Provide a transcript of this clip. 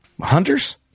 Hunters